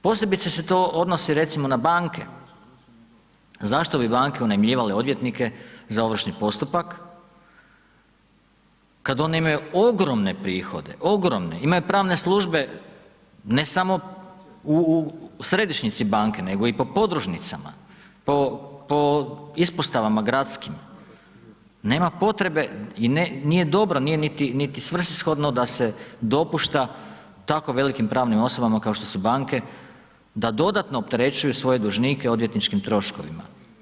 Posebice se to odnosi recimo na banke, zašto bi banke unajmljivale odvjetnike za ovršni postupak kad one imaju ogromne prihode, ogromne, imaju pravne službe na samo u središnjici banke nego i po podružnicama, po ispostavama gradskim, nema potrebe i nije dobro, nije niti svrsishodno da se dopušta tako velikim pravnim osobama kao što su banke da dodatno opterećuju svoje dužnike odvjetničkim troškovima.